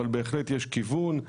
אבל בהחלט יש כיוון,